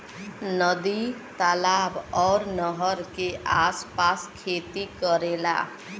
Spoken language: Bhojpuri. नदी तालाब आउर नहर के आस पास खेती करेला